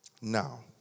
Now